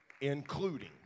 including